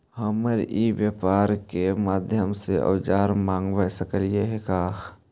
हम ई व्यापार के माध्यम से औजर मँगवा सकली हे का?